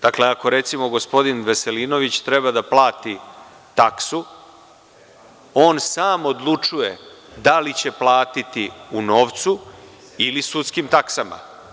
Dakle, recimo, ako gospodin Veselinović treba da plati taksu, on sam odlučuje da li će platiti u novcu ili sudskim taksama.